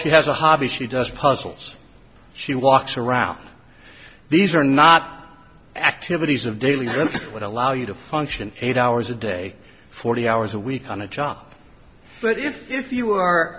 she has a hobby she does puzzles she walks around these are not activities of daily that would allow you to function eight hours a day forty hours a week on a job but if you